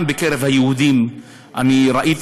גם בקרב היהודים אני ראיתי